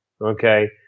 Okay